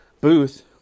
booth